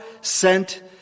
sent